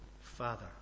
Father